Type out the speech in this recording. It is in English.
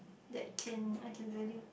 that can I can value